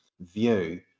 view